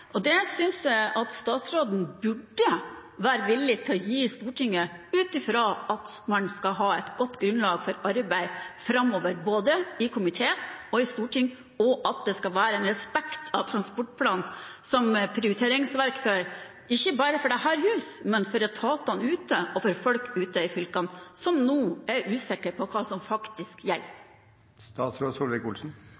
Det synes jeg at statsråden burde være villig til å gi Stortinget, ut fra at man skal ha et godt grunnlag for arbeidet framover, både i komité og i storting, og at det skal være en respekt for transportplanen som prioriteringsverktøy – ikke bare for dette huset, men for etatene ute og for folk ute i fylkene, som nå er usikre på hva som faktisk gjelder.